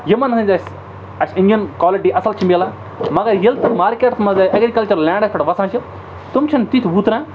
یِمَن ہٕنٛز اَسہِ اَسہِ اِنجن کالٹی اَصٕل چھِ میلان مگر ییٚلہِ تِم مارکیٹَس منٛز آے ایٚگرِکَلچَر لینٛڈَس پٮ۪ٹھ وَسان چھِ تِم چھِنہٕ تِتھۍ وُتران